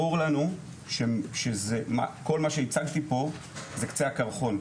ברור לנו שכל מה שהצגתי פה זה קצה הקרחון.